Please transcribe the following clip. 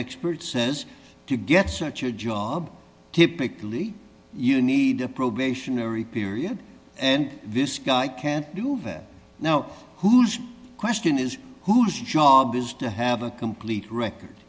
expert says if you get such a job typically you need a probationary period and this guy can't do that now whose question is whose job is to have a complete record